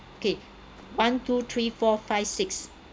okay one two three four five six